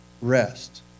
rest